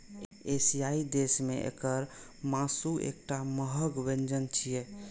एशियाई देश मे एकर मासु एकटा महग व्यंजन छियै